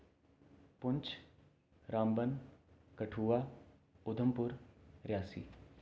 Poonch Ramban Kathua Udhampur Reasi